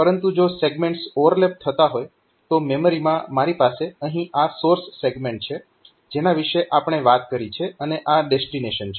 પરંતુ જો segments overlap થતા હોય તો મેમરીમાં મારી પાસે અહીં આ સોર્સ સેગમેન્ટ છે જેના વિશે આપણે વાત કરી છે અને આ ડેસ્ટીનેશન છે